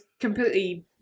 completely